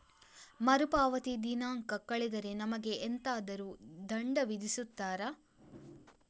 ಮರುಪಾವತಿ ದಿನಾಂಕ ಕಳೆದರೆ ನಮಗೆ ಎಂತಾದರು ದಂಡ ವಿಧಿಸುತ್ತಾರ?